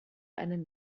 einen